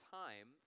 time